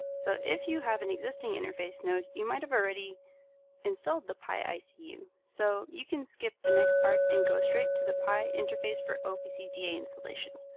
so if you have an existing interface node, you might've already installed the pi so icu. so you can skip the next part and go straight to the pi interface for opc da installations.